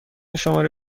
شماره